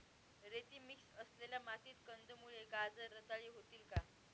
रेती मिक्स असलेल्या मातीत कंदमुळे, गाजर रताळी होतील का?